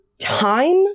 time